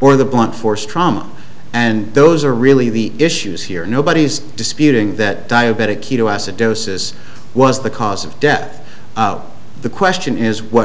or the blunt force trauma and those are really the issues here nobody's disputing that diabetic ketoacidosis was the cause of death the question is what